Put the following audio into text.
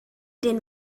den